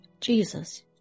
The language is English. Jesus